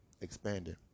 Expanding